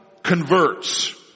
converts